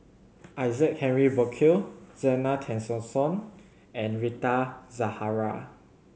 Isaac Henry Burkill Zena Tessensohn and Rita Zahara